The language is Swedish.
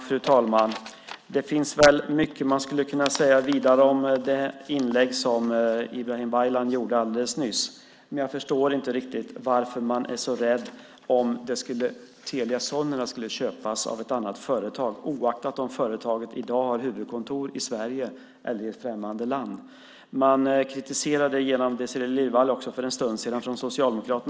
Fru talman! Det finns mycket man skulle kunna säga om det inlägg som Ibrahim Baylan gjorde alldeles nyss. Jag förstår inte riktigt varför man är så rädd för att Telia Sonera skulle köpas av ett annat företag, oaktat om företaget i dag har huvudkontor i Sverige eller i ett främmande land. Man kom också med kritik från Socialdemokraternas sida för en stund sedan, genom Désirée Liljevall.